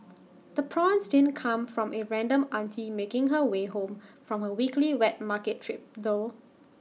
the prawns didn't come from A random auntie making her way home from her weekly wet market trip though